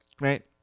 Right